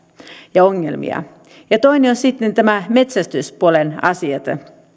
ja ongelmia ja toinen on sitten nämä metsästyspuolen asiat